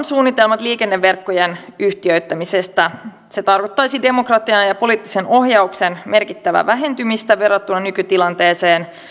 suunnitelmat liikenneverkkojen yhtiöittämisestä se tarkoittaisi demokratian ja ja poliittisen ohjauksen merkittävää vähentymistä verrattuna nykytilanteeseen